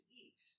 eat